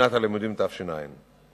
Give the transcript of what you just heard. בשנת הלימודים תש"ע.